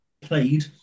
played